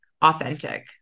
authentic